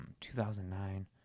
2009